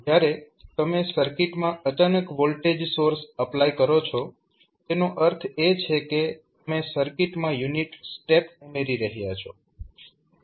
જ્યારે તમે સર્કિટમાં અચાનક વોલ્ટેજ સોર્સ એપ્લાય કરો છો તેનો અર્થ એ છે કે તમે સર્કિટમાં યુનિટ સ્ટેપ ઉમેરી રહ્યા છો